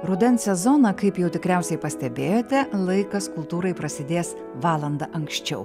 rudens sezoną kaip jau tikriausiai pastebėjote laikas kultūrai prasidės valanda anksčiau